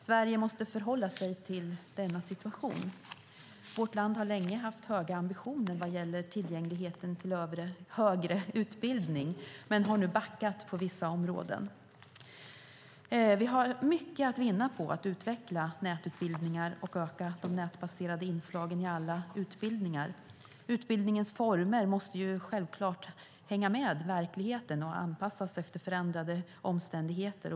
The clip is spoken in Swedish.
Sverige måste förhålla sig till denna situation. Vårt land har länge haft höga ambitioner vad gäller tillgänglighet till högre utbildning men har nu backat på vissa områden. Sverige har mycket att vinna på att utveckla nätutbildningar och öka de nätbaserade inslagen i alla utbildningar. Utbildningens former måste självklart hänga med verkligheten och anpassas efter förändrade omständigheter.